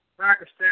Pakistan